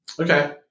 Okay